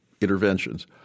interventions